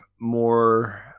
more